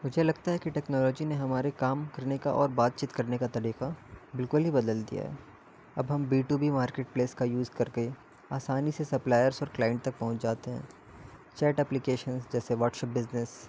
مجھے لگتا ہے کہ ٹیکنالوجی نے ہمارے کام کرنے کا اور بات چیت کرنے کا طریقہ بالکل ہی بدل دیا ہے اب ہم B to B marketplace کا یوز کر کے آسانی سے سپلائرس اور کلائنٹ تک پہنچ جاتے ہیں چیٹ ایپلیکیشنز جیسے واٹس ایپ بزنس